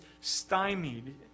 stymied